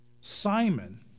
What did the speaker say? simon